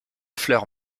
fleurs